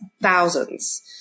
thousands